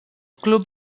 club